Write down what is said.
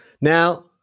Now